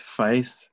faith